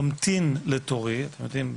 ממתין לתורי - אתם יודעים,